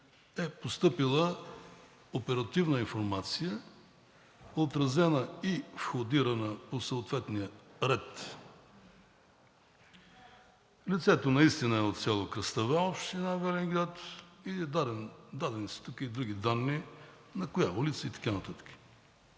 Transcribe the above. е постъпила оперативна информация, отразена и входирана по съответния ред. Лицето наистина е от село Кръстава, община Велинград, дадени са тук и други данни – на коя улица и така